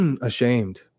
ashamed